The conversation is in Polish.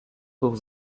był